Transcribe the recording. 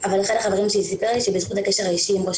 אבל אחד החברים שלי סיפר שבזכות הקשר האישי עם ראש